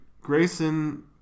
Grayson